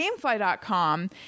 Gamefly.com